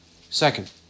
second